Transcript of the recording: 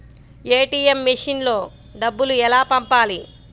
ATM మెషిన్లో డబ్బులు ఎలా పంపాలి?